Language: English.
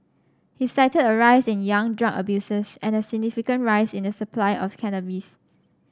he cited a rise in young drug abusers and a significant rise in the supply of cannabis